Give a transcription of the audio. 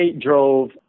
drove